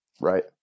right